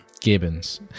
Gibbons